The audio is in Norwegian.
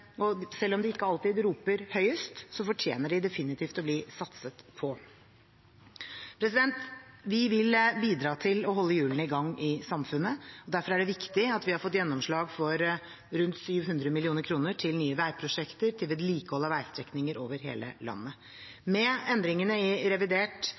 og selv om de ikke alltid roper høyest, fortjener de definitivt å bli satset på. Vi vil bidra til å holde hjulene i gang i samfunnet. Derfor er det viktig at vi har fått gjennomslag for rundt 700 mill. kr til nye veiprosjekter og til vedlikehold av veistrekninger over hele landet. Med endringene i revidert